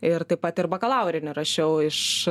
ir taip pat ir bakalaurinį rašiau iš